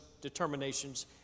determinations